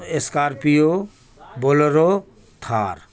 scorpio bolero Thar